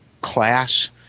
class